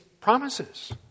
promises